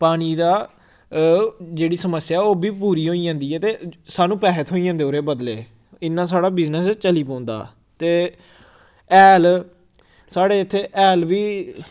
पानी दा जेह्ड़ी समस्या ओह् बी पूरी होई जंदी ऐ ते सानूं पैहे थ्होई जंदे ओह्दे बदले इन्ना साढ़ा बिजनस चली पौंदा ते हैल साढ़े इत्थै हैल बी